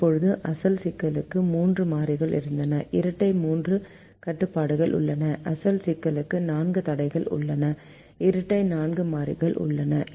இப்போது அசல் சிக்கலுக்கு மூன்று மாறிகள் இருந்தன இரட்டை மூன்று கட்டுப்பாடுகள் உள்ளன அசல் சிக்கலுக்கு நான்கு தடைகள் உள்ளன இரட்டை நான்கு மாறிகள் உள்ளன